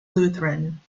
lutheran